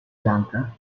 lanka